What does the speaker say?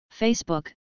Facebook